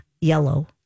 yellow